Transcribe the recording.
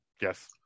Yes